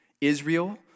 israel